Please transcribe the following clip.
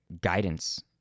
guidance